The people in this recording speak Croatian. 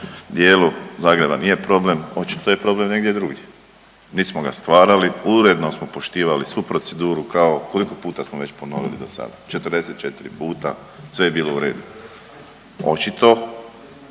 dijelu Zagreba nije problem. Očito je problem negdje drugdje. Nit smo ga stvarali, uredno smo poštivali svu proceduru kao koliko puta smo već ponovili do sada? 44 puta. Sve je bilo u redu. Očito